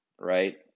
right